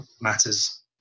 matters